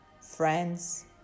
friends